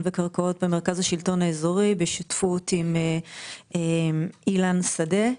וקרקעות במרכז השלטון האזורי בשותפות עם אילן שדה.